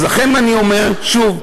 לכם אני אומר שוב: